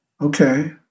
Okay